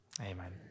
amen